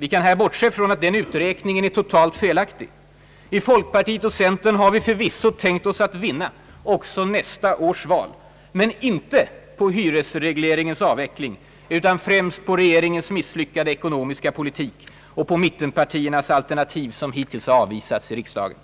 Vi kan här bortse från att denna uträkning är totalt felaktig. I folkpartiet och centern har vi förvisso tänkt vinna också nästa års val — men aldrig på hyresregleringens avveckling utan främst på regeringens misslyckade ekonomiska politik och på mittenpartiernas alternativ, som hittills avvisats i riksdagen.